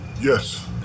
Yes